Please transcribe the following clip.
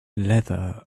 leather